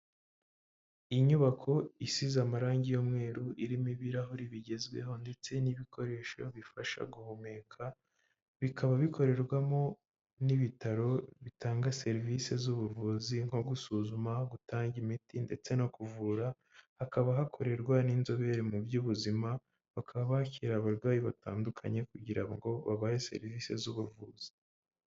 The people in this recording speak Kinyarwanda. Iyi inyubako isize amarangi y'umweru irimo ibirahuri bigezweho ndetse n'ibikoresho bifasha guhumeka bikaba bikorerwamo n'ibitaro bitanga serivisi z'ubuvuzi nko gusuzuma gutanga imiti ndetse no kuvura hakaba hakorerwa n'inzobere mu by'ubuzima bakaba bakira abarwayi batandukanye kugira ngo babahe serivisi z'ubuvuzi.